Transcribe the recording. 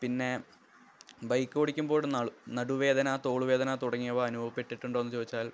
പിന്നെ ബൈക്ക് ഓടിക്കുമ്പോള് നടുവേദന തോളുവേദന തുടങ്ങിയവ അനുഭവപ്പെട്ടിട്ടുണ്ടോ എന്നു ചോദിച്ചാല്